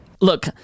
Look-